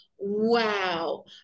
wow